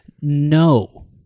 No